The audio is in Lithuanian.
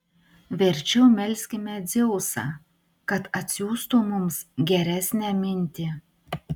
verčiau melskime dzeusą kad atsiųstų mums geresnę mintį